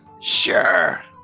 Sure